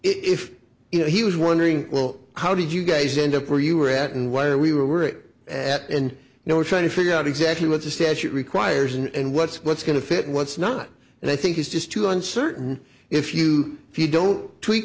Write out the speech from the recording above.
if you know he was wondering well how did you guys end up where you were at and why are we we're at and now we're trying to figure out exactly what the statute requires and what's what's going to fit what's not and i think is just too uncertain if you if you don't tweak